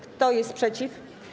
Kto jest przeciw?